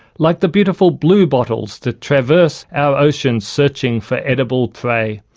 like the beautiful bluebottles that traverse our oceans searching for edible prey,